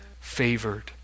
favored